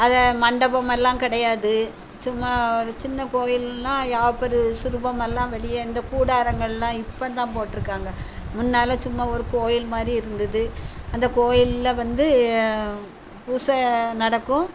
அதை மண்டபமெல்லாம் கிடையாது சும்மா ஒரு சின்ன கோயில்னா சிற்பமெல்லாம் வெளியே இந்த கூடாரங்கள்லாம் இப்போ தான் போட்டுருக்காங்க முன்னாலாம் சும்மா ஒரு கோயில் மாரி இருந்தது அந்த கோயில்ல வந்து பூஜை நடக்கும்